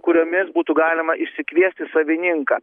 kuriomis būtų galima išsikviesti savininką